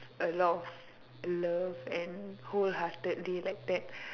a lot of love and wholeheartedly like that